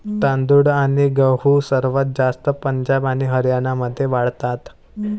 तांदूळ आणि गहू सर्वात जास्त पंजाब आणि हरियाणामध्ये वाढतात